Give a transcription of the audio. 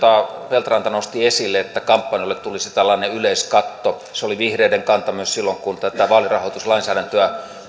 feldt ranta nosti esille että kampanjoille tulisi tällainen yleiskatto se oli vihreiden kanta myös silloin kun tätä vaalirahoituslainsäädäntöä